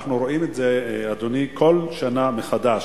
אנחנו רואים את זה, אדוני, כל שנה מחדש.